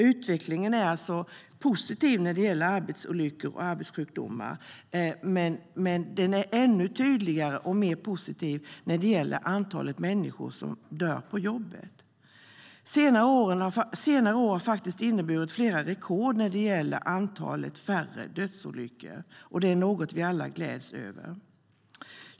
Utvecklingen är alltså positiv när det gäller arbetsolyckor och arbetssjukdomar, men den är ännu tydligare och mer positiv när det gäller antalet människor som dör på jobbet. De senaste åren har det slagits flera rekord i antalet färre dödsolyckor, och det gläds vi alla över.